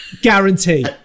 Guarantee